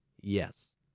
Yes